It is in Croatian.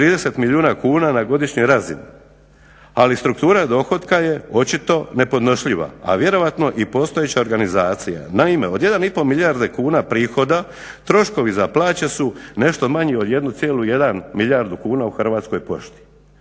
30 milijuna kuna na godišnjoj razini, ali struktura dohotka je očito nepodnošljiva, a vjerojatno i postojeća organizacija. Naime, od 1,5 milijarde kuna prihoda troškovi za plaće su nešto manji od 1,1 milijardu kuna u Hrvatskoj pošti.